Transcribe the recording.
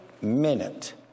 minute